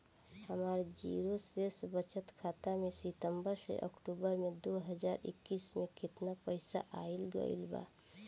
हमार जीरो शेष बचत खाता में सितंबर से अक्तूबर में दो हज़ार इक्कीस में केतना पइसा आइल गइल बा?